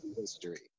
history